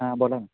हां बोला ना